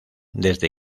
desde